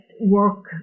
work